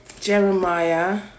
Jeremiah